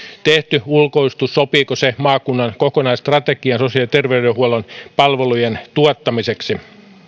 tehty ulkoistus maakunnan kokonaisstrategiaan sosiaali ja terveydenhuollon palvelujen tuottamiseksi